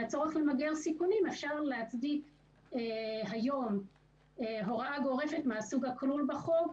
הצורך למגר סיכונים אפשר להצדיק היום הוראה גורפת מהסוג הכלול בחוק,